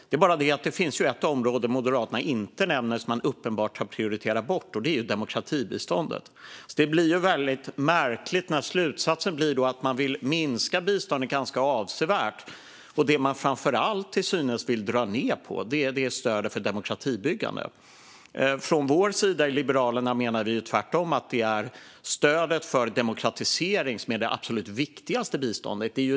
Det är bara det att det finns ett område som Moderaterna inte nämner som man uppenbart har prioriterat bort. Det är demokratibiståndet. Det blir väldigt märkligt när slutsatsen blir att man vill minska biståndet ganska avsevärt. Det man framför allt till synes vill dra ned på är stödet för demokratibyggande. Från vår sida i Liberalerna menar vi tvärtom att det är stödet för demokratisering som är det absolut viktigaste biståndet.